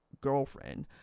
girlfriend